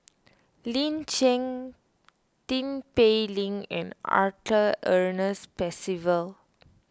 Lin Chen Tin Pei Ling and Arthur Ernest Percival